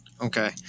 okay